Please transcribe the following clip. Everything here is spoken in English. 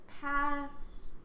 past